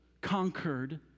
conquered